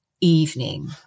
evening